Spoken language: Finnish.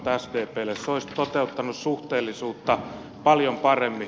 se olisi toteuttanut suhteellisuutta paljon paremmin